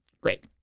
Great